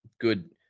good